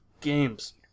games